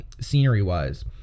scenery-wise